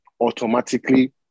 automatically